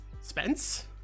Spence